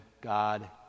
God